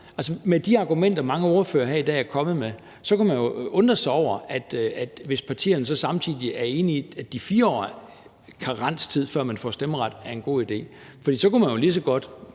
Altså, med de argumenter, mange ordførere her i dag er kommet med, kan man jo undre sig over, hvis partierne så samtidig er enige i, at de 4 års karenstid, før man får stemmeret, er en god idé, for man kunne jo lige så godt,